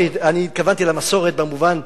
אני התכוונתי למסורת במובן,